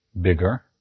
bigger